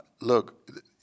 look